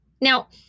Now